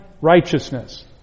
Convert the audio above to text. righteousness